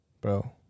Bro